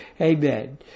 Amen